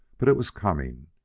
but it was coming.